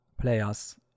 players